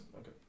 Okay